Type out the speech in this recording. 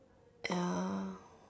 ya